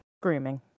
Screaming